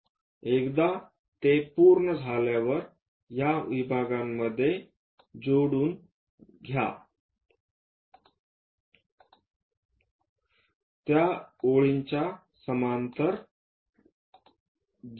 एकदा ते पूर्ण झाल्यावर या विभागांमध्ये जोडावे लागेल त्या ओळीच्या समांतर जा